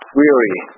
weary